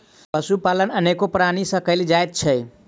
पशुपालन अनेको प्रणाली सॅ कयल जाइत छै